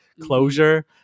closure